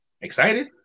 excited